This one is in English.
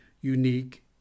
unique